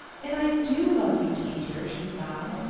and i do love you, teacher she sobbed.